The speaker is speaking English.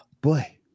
Boy